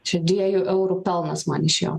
čia dviejų eurų pelnas man iš jo